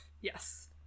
Yes